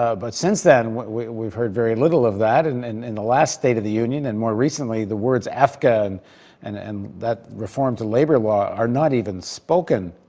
ah but since then we've we've heard very little of that. and in the last state of the union and more recently, the words efca and and and that reform to labor law are not even spoken.